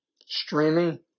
streaming